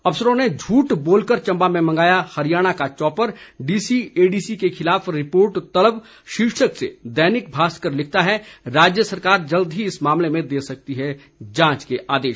अफसरों ने झूठ बोलकर चंबा में मंगाया हरियाणा का चॉपर डीसी एडीसी के खिलाफ रिपोर्ट तलब शीर्षक से दैनिक भास्कर लिखता है राज्य सरकार जल्द ही इस मामले में दे सकती है जांच के आदेश